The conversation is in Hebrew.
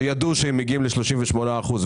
אנשים שידעו שהם מגיעים ל-38 אחוזים